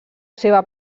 seva